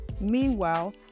Meanwhile